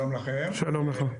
שלום לכם,